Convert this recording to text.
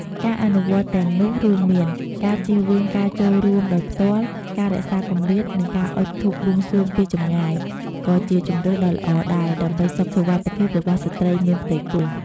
ការអនុវត្តទាំងនោះរួមមាន ការជៀសវាងការចូលរួមដោយផ្ទាល់ ការរក្សាគម្លាត និងការអុជធូបបួងសួងពីចម្ងាយ ក៏ជាជម្រើសដ៏ល្អដែរ ដើម្បីសុខសុវត្ថិភាពរបស់ស្ត្រីមានផ្ទៃពោះ។